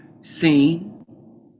seen